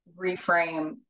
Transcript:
reframe